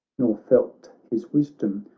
nor felt his wisdom,